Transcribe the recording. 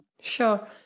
Sure